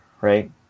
right